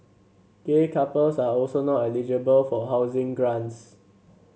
gay couples are also not eligible for housing grants